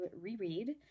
reread